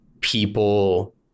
people